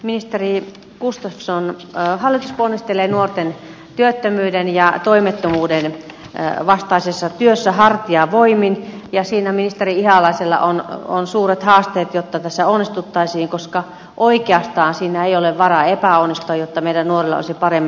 ministeri gustafsson hallitus ponnistelee nuorten työttömyyden ja toimettomuuden vastaisessa työssä hartiavoimin ja siinä ministeri ihalaisella on suuret haasteet jotta tässä onnistuttaisiin koska oikeastaan siinä ei ole varaa epäonnistua jotta meidän nuorillamme olisi parempi tulevaisuus